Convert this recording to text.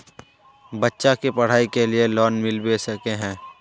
बच्चा के पढाई के लिए लोन मिलबे सके है?